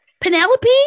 Penelope